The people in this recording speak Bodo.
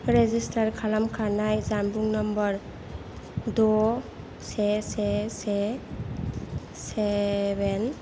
रेजिस्थार खालामखानाय जानबुं नाम्बार द' से से से सेभेन